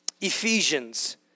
Ephesians